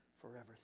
forever